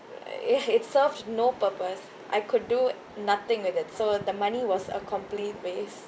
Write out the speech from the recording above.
ya it served no purpose I could do nothing with it so the money was a complete waste